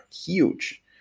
huge